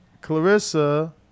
Clarissa